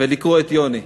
ולקרוא את "יוני".